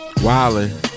Wilding